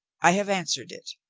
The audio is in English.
i have answered it,